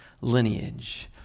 lineage